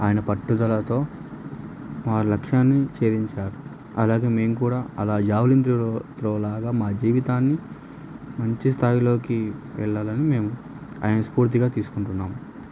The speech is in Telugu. ఆయన పట్టుదలతో వారు లక్ష్యాన్ని చేధించారు అలాగే మేము కూడా అలా జావెలిన్ త్రో లాగా మా జీవితాన్ని మంచి స్థాయిలోకి వెళ్ళాలి అని మేము ఆయన స్ఫూర్తిగా తీసుకుంటున్నాము